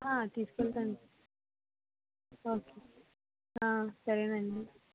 తీసుకెళ్తాను sir okay sir సరేనండి